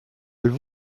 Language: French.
elles